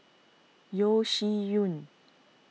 Yeo Shih Yun